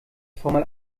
formel